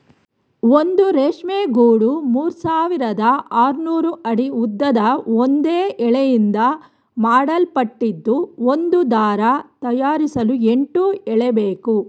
ಒಂದು ರೇಷ್ಮೆ ಗೂಡು ಮೂರ್ಸಾವಿರದ ಆರ್ನೂರು ಅಡಿ ಉದ್ದದ ಒಂದೇ ಎಳೆಯಿಂದ ಮಾಡಲ್ಪಟ್ಟಿದ್ದು ಒಂದು ದಾರ ತಯಾರಿಸಲು ಎಂಟು ಎಳೆಬೇಕು